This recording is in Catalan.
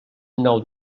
nou